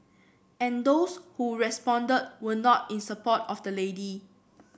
and those who responded were not in support of the lady